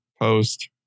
post